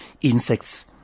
insects